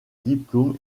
diplôme